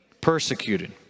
persecuted